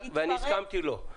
והסכמתי לו,